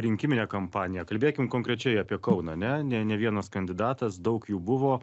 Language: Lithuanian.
rinkiminę kampaniją kalbėkim konkrečiai apie kauną ane ne ne vienas kandidatas daug jų buvo